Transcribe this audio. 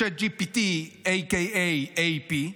ChatGPT AKA AP,